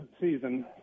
season